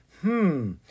Hmm